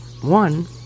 One